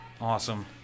Awesome